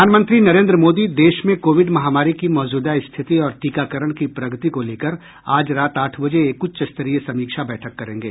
प्रधानमंत्री नरेन्द्र मोदी देश में कोविड महामारी की मौजूदा स्थिति और टीकाकरण की प्रगति को लेकर आज रात आठ बजे एक उच्चस्तरीय समीक्षा बैठक करेंगे